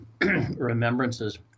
remembrances